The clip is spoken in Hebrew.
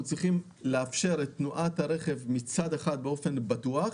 אנחנו צריכים לאפשר את תנועת הרכב מצד אחד באופן בטוח,